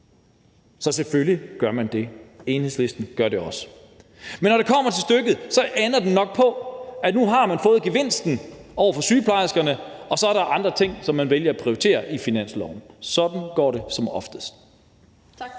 Så selvfølgelig gør man det. Enhedslisten gør det også. Men når det kommer til stykket, ender det nok ved, at nu har man fået gevinsten over for sygeplejerskerne, og så er der andre ting, som man vælger at prioritere på finansloven. Sådan går det som oftest.